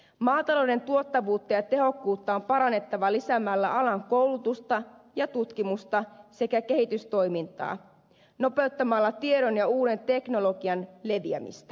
maatalouden tuottavuutta ja tehokkuutta on parannettava lisäämällä alan koulutusta ja tutkimusta sekä kehitystoimintaa ja nopeuttamalla tiedon ja uuden teknologian leviämistä